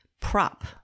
prop